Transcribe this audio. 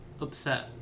upset